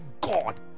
God